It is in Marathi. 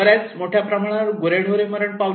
बऱ्याच मोठ्या प्रमाणावर गुरेढोरे मरण पावले